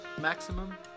maximum